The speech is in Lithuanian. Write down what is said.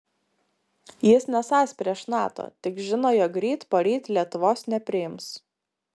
jis nesąs prieš nato tik žino jog ryt poryt lietuvos nepriims